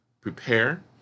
prepare